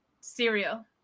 cereal